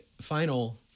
final